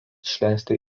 išleisti